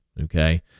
okay